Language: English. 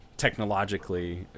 technologically